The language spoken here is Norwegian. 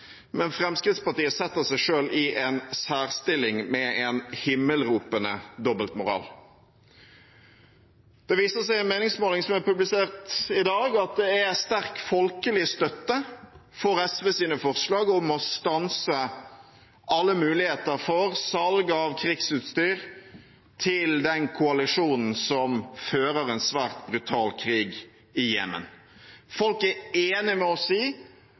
men Fremskrittspartiet setter seg selv i en særstilling med en himmelropende dobbeltmoral. Det viser seg i en meningsmåling som er publisert i dag, at det er sterk folkelig støtte for SVs forslag om å stanse alle muligheter for salg av krigsutstyr til den koalisjonen som fører en svært brutal krig i Jemen. Folk er enig med oss i